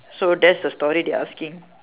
so that's the story they asking